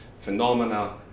phenomena